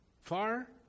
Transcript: Far